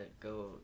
go